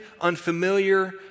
unfamiliar